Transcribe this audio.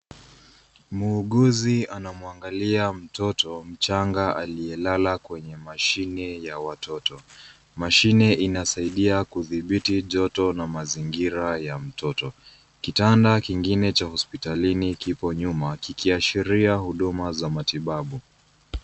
Muuguzi anamwangalia mtoto mchanga aliyelala kwenye mashine ya watoto. Mashine inasaidia kudhibiti joto na mazingira ya mtoto. Kitanda kingine cha hospitalini kiko nyuma kikiashiria huduma za matibabu.